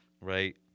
right